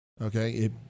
Okay